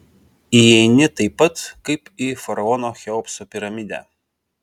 įeini taip pat kaip į faraono cheopso piramidę